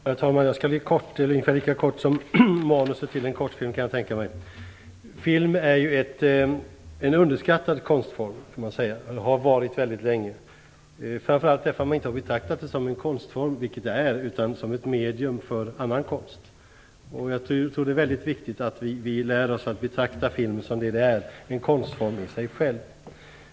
Herr talman! Jag skall fatta mig kort. Det blir ungefär lika kort som manuset till en kortfilm, kan jag tänka mig. Film har mycket länge varit en underskattad konstform. Framför allt därför att man inte har betraktat den som en konstform, vilket den är, utan som ett medium för annan konst. Jag tror att det är mycket viktigt att vi lär oss att betrakta film som det den är, en konstform i sig själv.